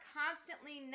constantly